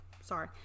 sorry